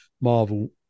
Marvel